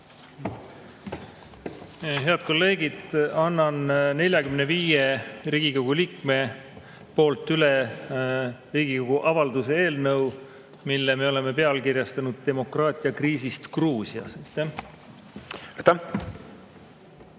Head kolleegid! Annan 45 Riigikogu liikme poolt üle Riigikogu avalduse eelnõu, mille me oleme pealkirjastanud "Demokraatia kriisist Gruusias".